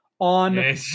on